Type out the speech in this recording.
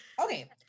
Okay